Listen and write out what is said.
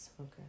Okay